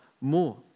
more